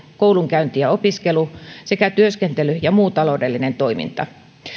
koulunkäynti ja opiskelu sekä työskentely ja muu taloudellinen toiminta